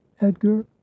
edgar